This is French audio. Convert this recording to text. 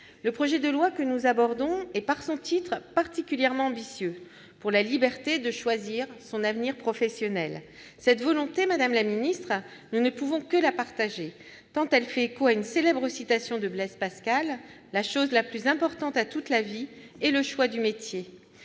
le projet de loi que nous abordons est, par son titre, particulièrement ambitieux :« pour la liberté de choisir son avenir professionnel ». Cette volonté, madame la ministre, nous ne pouvons que la partager, tant elle fait écho à une célèbre citation de Blaise Pascal, « la chose la plus importante à toute la vie est le choix du métier ».